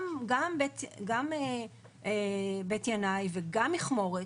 גם בית ינאי וגם מכמורת,